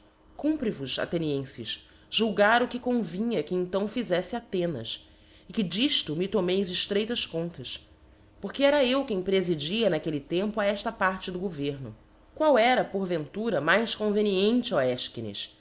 e mais cumpre vos athenienfes julgar o que convinha que então fizeíte athenas e que difto me tomeis eftreí tas contas porque era eu quem prefidia n'aquelle tempo a ella parte do governo qual era porventura mais con veniente ó